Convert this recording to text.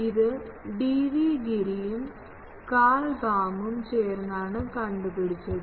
ഇത് D V ഗിരിയും Karl ബാമും ചേർന്നാണ് കണ്ടുപിടിച്ചത്